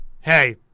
Hey